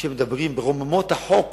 מדברים ורוממות החוק